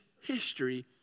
history